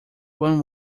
one